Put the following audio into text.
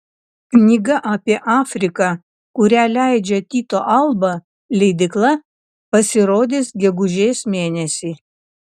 knyga apie afriką kurią leidžia tyto alba leidykla pasirodys gegužės mėnesį